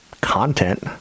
content